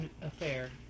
affair